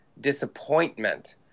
Disappointment